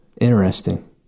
Interesting